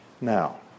Now